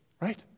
right